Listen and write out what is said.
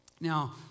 Now